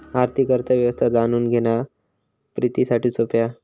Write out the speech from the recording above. आर्थिक अर्थ व्यवस्था जाणून घेणा प्रितीसाठी सोप्या हा